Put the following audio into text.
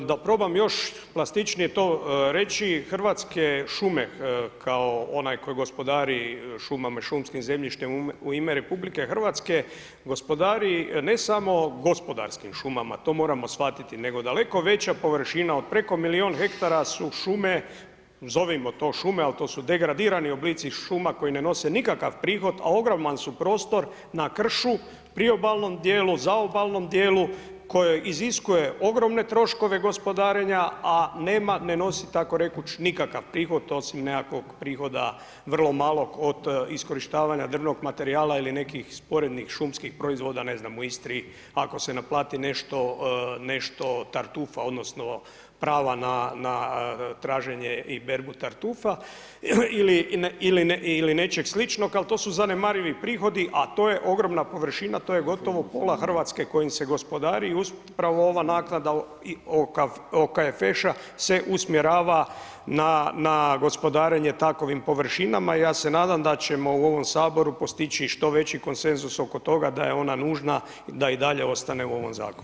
Da probam još to plastičnije reći, Hrvatske šume kao onaj koji gospodari šumama i šumskim zemljištem u ime RH, gospodari ne samo gospodarskim šumama, to moramo shvatiti nego daleko veća površina od preko milijun hektara su šume, zovimo to šume, ali to su degradirani oblici šuma koji ne nose nikakav prihod a ogroman su prostor na kršu, priobalnom djelu, zaobalnom djelu koje iziskuje troškove gospodarenja a ne nosi takoreći, nikakav prihod osim nekakvog prihoda vrlo malog od iskorištavanja drvnog materijala ili nekih sporednih šumskih proizvoda ne znam, u Istri, ako se naplati nešto tartufa, odnosno prava na traženje i berbu tartufa ili nečeg sličnog ali to su zanemarivi prihodi a to je ogromna površina, to je gotovo pola Hrvatske kojom se gospodari i usput upravo ova naknada OKFŠ-a se usmjerava na gospodarenje takvim površinama, ja se nadam daće u ovom Saboru postići i što veći konsenzus oko toga da je ona nužna i da i dalje ostane u ovom zakonu.